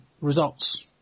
results